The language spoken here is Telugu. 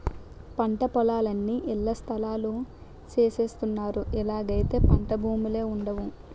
పంటపొలాలన్నీ ఇళ్లస్థలాలు సేసస్తన్నారు ఇలాగైతే పంటభూములే వుండవు